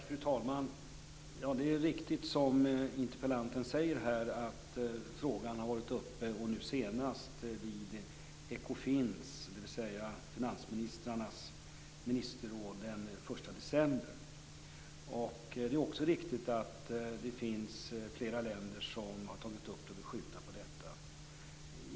Fru talman! Det är riktigt som interpellanten säger att frågan har varit uppe, nu senast vid Ekofinmötet, dvs. finansministrarnas ministerråd, den 1 december. Det är också riktigt att det finns flera länder som vill skjuta på detta.